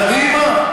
תקדם.